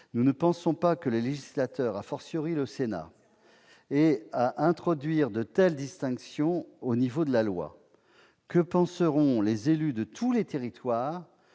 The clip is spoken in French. Nous ne pensons pas que le législateur, le Sénat, ait à introduire de telles distinctions dans la loi. Que penseront les élus de tous les territoires